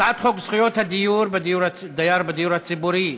הצעת חוק זכויות הדייר בדיור הציבורי,